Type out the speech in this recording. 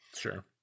sure